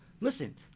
listen